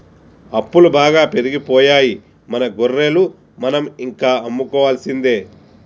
అప్పులు బాగా పెరిగిపోయాయి మన గొర్రెలు మనం ఇంకా అమ్ముకోవాల్సిందే